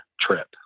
trip